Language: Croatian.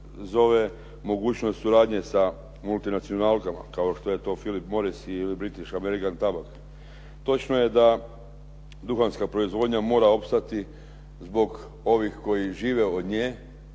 zove mogućnost suradnje sa multinacionalkama kao što je to Phillip Morris ili British American Tabacc. Točno je da duhanska proizvodnja mora opstati zbog ovih koji žive od nje